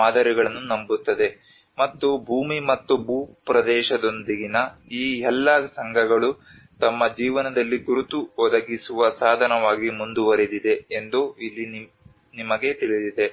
ಮಾದರಿಗಳನ್ನು ನಂಬುತ್ತದೆ ಮತ್ತು ಭೂಮಿ ಮತ್ತು ಭೂಪ್ರದೇಶದೊಂದಿಗಿನ ಈ ಎಲ್ಲಾ ಸಂಘಗಳು ತಮ್ಮ ಜೀವನದಲ್ಲಿ ಗುರುತು ಒದಗಿಸುವ ಸಾಧನವಾಗಿ ಮುಂದುವರೆದಿದೆ ಎಂದು ಇಲ್ಲಿ ನಿಮಗೆ ತಿಳಿದಿದೆ